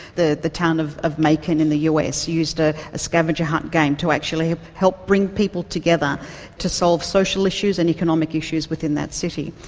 the the town of of macon in the us used a scavenger hunt game to actually help bring people together to solve social issues and economic issues within that city.